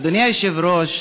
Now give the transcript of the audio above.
אדוני היושב-ראש,